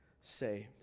saved